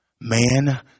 Man